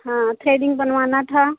हाँ थ्रेडिंग बनवाना था